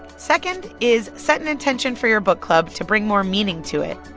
second is set an intention for your book club to bring more meaning to it.